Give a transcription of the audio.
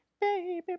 baby